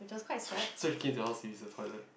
so so squeeze they all with the toilet